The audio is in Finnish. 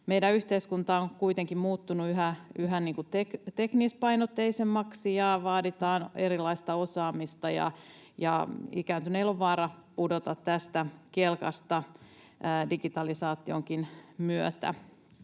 Meidän yhteiskunta on kuitenkin muuttunut yhä teknispainotteisemmaksi, ja vaaditaan erilaista osaamista. Ikääntyneillä on vaara pudota tästä kelkasta digitalisaationkin myötä.